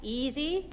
easy